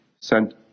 sent